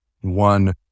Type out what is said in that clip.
one